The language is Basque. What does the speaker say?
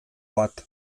bat